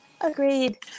Agreed